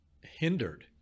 hindered